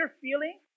feeling